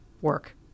work